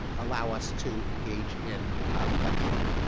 allow us to engage in bloodshed?